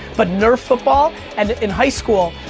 but nerf football and in high school,